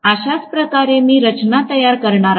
अशाच प्रकारे मी रचना तयार करणार आहे